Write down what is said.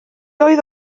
oedd